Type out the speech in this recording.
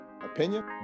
opinion